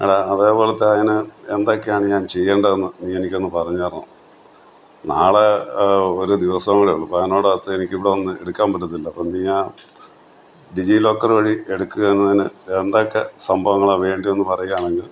എടാ അതേപോലത്തെ ഞാൻ എന്തൊക്കെയാണ് ഞാൻ ചെയ്യേണ്ടതെന്നു നീ എനിക്കൊന്നു പറഞ്ഞു തരണം നാളെ ഒരു ദിവസം കൂടെയുള്ളു അപ്പോൾ അതിനോടകത്ത് അവിടെ എനിക്കിവിടെ വന്ന് എടുക്കാൻ പറ്റത്തില്ലല്ലോ അപ്പോൾ എന്തു ചെയ്യുക ഡിജി ലോക്കർ വഴി എടുക്കുക എന്നതിന് എന്തൊക്കെ സംഭവങ്ങളാണ് വേണ്ടിയൊന്നു പറയുകയാണെങ്കിൽ